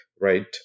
right